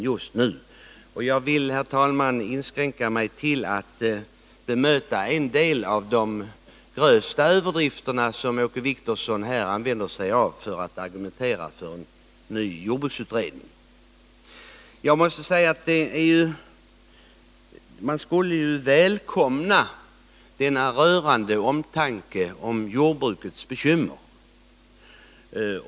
Jag vill därför, herr talman, inskränka mig till att bemöta en del av de grövsta överdrifter som Åke Wictorsson här använde sig av i sin argumentation för en ny jordbruksutredning. Egentligen skulle man välkomna denna rörande omtanke om jordbrukets bekymmer.